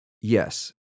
Yes